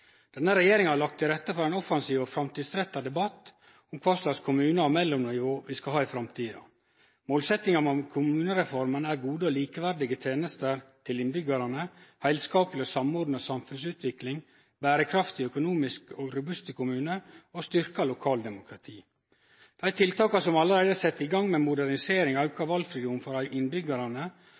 Denne regjeringa har lagt til rette for ein offensiv og framtidsretta debatt om kva slags kommunar og mellomnivå vi skal ha i framtida. Målsettinga med kommunereforma er gode og likeverdig tenester til innbyggjarane, heilskapleg og samordna samfunnsutvikling, berekraftige og økonomisk robuste kommunar og styrkt lokaldemokrati. Dei tiltaka som allereie er sette i gang, med modernisering og auka valfridom for innbyggjarane,